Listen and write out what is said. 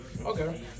Okay